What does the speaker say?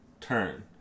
turn